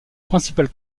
principal